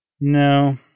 No